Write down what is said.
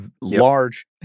large